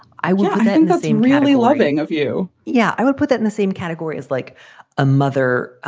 i will the same reality loving of you. yeah. i would put it in the same category as like a mother